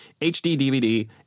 HD-DVD